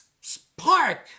spark